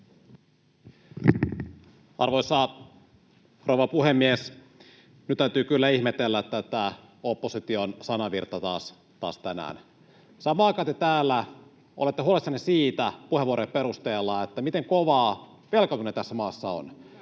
Arvoisa rouva puhemies! Nyt täytyy kyllä ihmetellä tätä opposition sanavirtaa taas tänään. Samaan aikaan te täällä olette huolissanne puheenvuorojen perusteella siitä, miten kovaa velkaantuminen tässä maassa on,